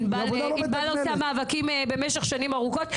ענבל נאבקת במשך שנים ארוכות.